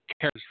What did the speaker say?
cares